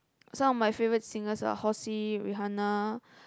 some of my favourite singers are Halsey Rihanna